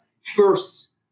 first